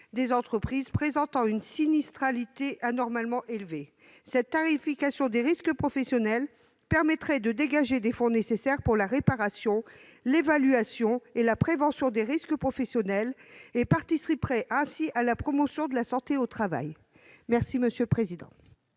des entreprises présentant une sinistralité anormalement élevée. Cette tarification des risques professionnels permettrait de dégager des fonds nécessaires pour la réparation, l'évaluation et la prévention des risques professionnels et participerait ainsi à la promotion de la santé au travail. La parole est